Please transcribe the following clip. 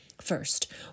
First